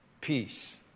peace